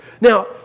now